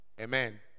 Amen